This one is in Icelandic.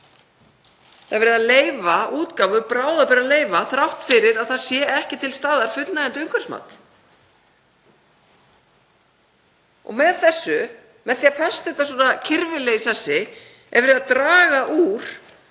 Það er verið að leyfa útgáfu bráðabirgðaleyfa þrátt fyrir að það sé ekki til staðar fullnægjandi umhverfismat. Með því að festa þetta svona kirfilega í sessi er verið að draga úr